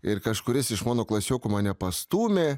ir kažkuris iš mano klasiokų mane pastūmė